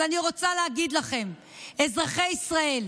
אז אני רוצה להגיד לכם אזרחי ישראל: